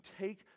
take